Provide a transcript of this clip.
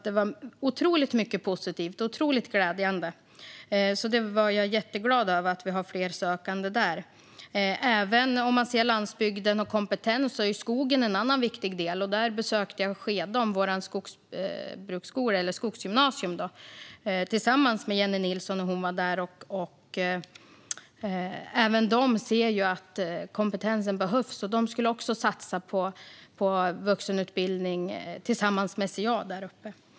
Det var alltså mycket positivt och mycket glädjande. Jag är jätteglad över att de har fler sökande. En annan viktig del när det gäller landsbygd och kompetens är skogen. Tillsammans med Jennie Nilsson besökte jag Skedom, vårt skogsbruksgymnasium. Även där ser man att kompetensen behövs. De skulle också satsa på vuxenutbildning tillsammans med SCA där uppe.